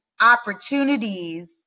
opportunities